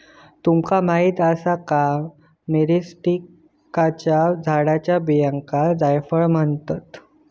तुमका माहीत आसा का, मिरीस्टिकाच्या झाडाच्या बियांका जायफळ म्हणतत?